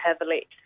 heavily